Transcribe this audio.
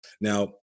Now